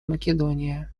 македония